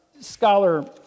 Scholar